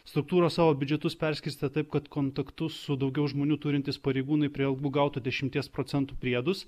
struktūros savo biudžetus perskirstė taip kad kontaktus su daugiau žmonių turintys pareigūnai prie algų gautų dešimties procentų priedus